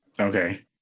Okay